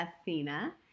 Athena